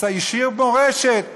אז השאיר מורשת.